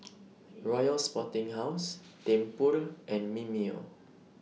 Royal Sporting House Tempur and Mimeo